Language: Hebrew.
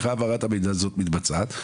איך העברת המידע הזאת מתבצעת,